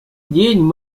день